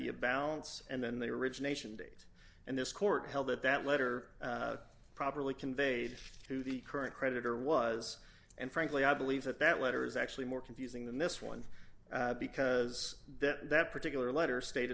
a balance and then the origination date and this court held that that letter properly conveyed to the current creditor was and frankly i believe that that letter is actually more confusing than this one because that particular letter state